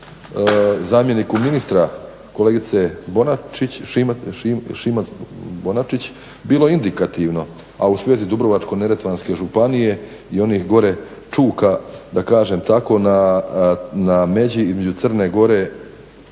zamjeniku ministra kolegice Šimac-Bonačić bilo indikativno, a u svezi Dubrovačko-neretvanske županije i onih gore čuka, da kažem tako na međi između Crne Gore